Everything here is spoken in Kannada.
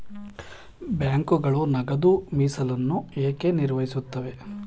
ಬ್ಯಾಂಕುಗಳು ನಗದು ಮೀಸಲನ್ನು ಏಕೆ ನಿರ್ವಹಿಸುತ್ತವೆ?